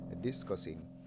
discussing